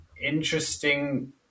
interesting